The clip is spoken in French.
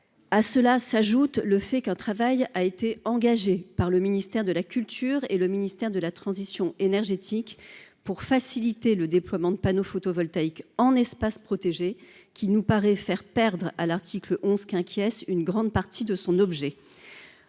à cela s'ajoute le fait qu'un travail a été engagée par le ministère de la culture et le ministère de la transition énergétique pour faciliter le déploiement de panneaux photovoltaïques en espace protégé qui nous paraît faire perdre à l'article 11 qu'inquiète une grande partie de son objet